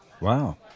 Wow